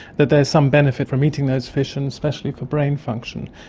that there is some benefit from eating those fish and especially for brain function.